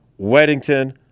Weddington